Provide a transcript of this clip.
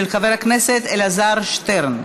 של חבר הכנסת אלעזר שטרן.